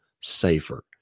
safer